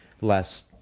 less